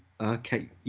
Okay